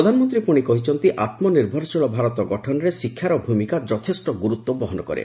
ପ୍ରଧାନମନ୍ତ୍ରୀ ପୁଣି କହିଛନ୍ତି ଆତ୍ମନିର୍ଭରଶୀଳ ଭାରତ ଗଠନରେ ଶିକ୍ଷାର ଭୂମିକା ଯଥେଷ୍ଟ ଗୁରୁତ୍ୱ ବହନ କରେ